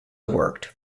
worked